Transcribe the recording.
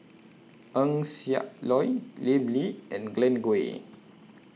Eng Siak Loy Lim Lee and Glen Goei